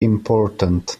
important